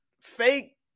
fake